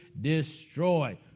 destroy